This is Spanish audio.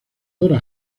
dora